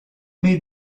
may